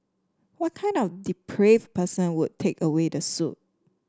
what kind of depraved person would take away the soup